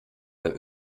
beim